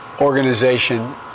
organization